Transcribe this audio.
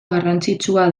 garrantzitsua